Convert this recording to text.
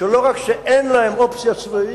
שלא רק שאין להם אופציה צבאית,